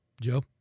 Joe